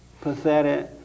pathetic